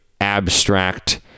abstract